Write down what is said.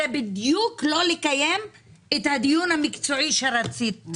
זה בדיוק לא לקיים את הדיון המקצועי שרצית,